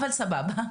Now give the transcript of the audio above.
אבל אותו מוקד,